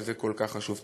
שזה כל כך חשוב.